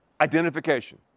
Identification